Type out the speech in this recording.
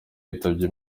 yitabye